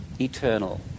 eternal